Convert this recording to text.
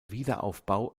wiederaufbau